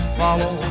follow